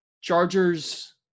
Chargers